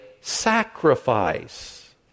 sacrifice